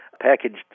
packaged